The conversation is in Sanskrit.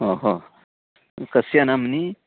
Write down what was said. ओहो कस्य नाम्नि